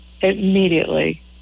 immediately